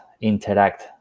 interact